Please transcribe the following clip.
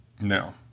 No